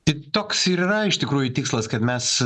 tik toks yra iš tikrųjų tikslas kad mes